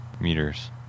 meters